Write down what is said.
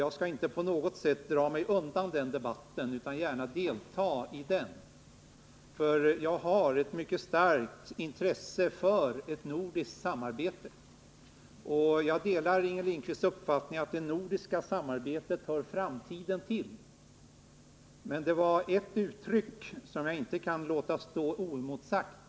Jag skall inte på något sätt dra mig undan den debatten utan skall gärna delta i den, för jag har ett mycket starkt intresse för ett nordiskt samarbete. Jag delar också Inger Lindquists uppfattning att det nordiska samarbetet hör framtiden till. Men det var ett uttryck som jag inte kan låta stå oemotsagt.